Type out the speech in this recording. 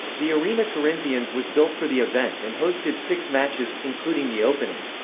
the arena corinthians was built for the event and hosted six matches, including the opening.